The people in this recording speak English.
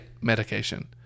medication